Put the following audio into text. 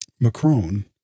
Macron